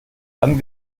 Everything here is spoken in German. dann